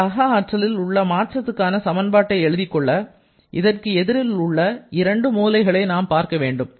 இந்த அகஆற்றலில் உள்ள மாற்றத்துக்கான சமன்பாட்டை எழுதிக்கொள்ள இதற்கு எதிரில் உள்ள 2 மூலைகளை நாம் பார்க்கவேண்டும்